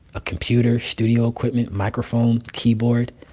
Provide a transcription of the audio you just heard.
a computer, studio equipment, microphone, keyboard.